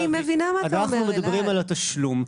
אנחנו מדברים על התשלום.